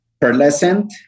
pearlescent